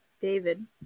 David